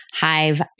Hive